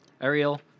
Ariel